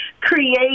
create